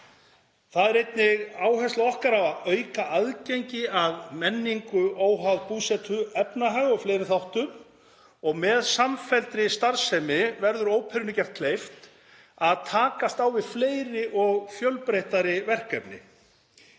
Það er einnig áhersla okkar á að auka aðgengi að menningu, óháð búsetu, efnahag og fleiri þáttum. Með samfelldri starfsemi verður óperunni gert kleift að takast á við fleiri og fjölbreyttari verkefni.